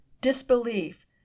disbelief